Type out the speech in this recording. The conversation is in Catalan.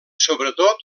sobretot